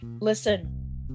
Listen